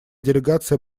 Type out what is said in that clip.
делегация